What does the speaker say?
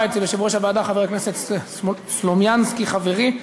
אצל יושב-ראש הוועדה חבר הכנסת סלומינסקי חברי.